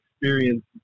experience